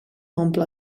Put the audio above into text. omple